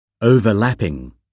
Overlapping